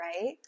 right